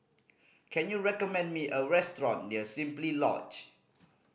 can you recommend me a restaurant near Simply Lodge